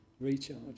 recharge